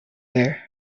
there